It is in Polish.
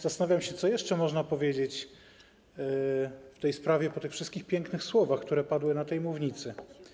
Zastanawiam się, co jeszcze można powiedzieć w tej sprawie po tych wszystkich pięknych słowach, które padły na tej mównicy.